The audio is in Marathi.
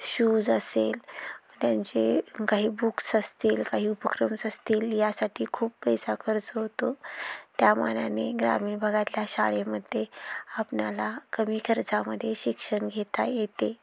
शूज असेल त्यांचे काही बुक्स असतील काही उपक्रम्स असतील यासाठी खूप पैसा खर्च होतो त्यामानाने ग्रामीण भागातल्या शाळेमध्ये आपणाला कमी खर्जामध्ये शिक्षण घेता येते